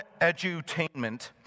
edutainment